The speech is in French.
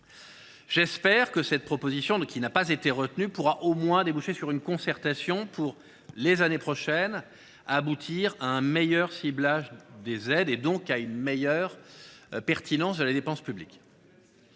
J’espère que cette proposition, qui n’a pas été retenue, pourra au moins déboucher sur une concertation, puis les années prochaines aboutir à un meilleur ciblage des aides, et donc à une meilleure pertinence de la dépense publique.